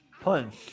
punch